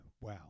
wow